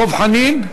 דב חנין?